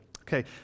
okay